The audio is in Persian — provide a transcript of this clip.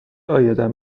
عایدم